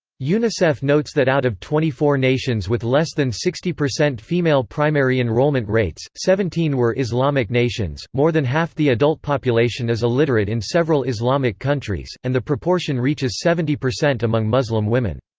unicef notes that out of twenty four nations with less than sixty percent female primary enrollment rates, seventeen were islamic nations more than half the adult population is illiterate in several islamic countries, and the proportion reaches seventy percent among muslim women.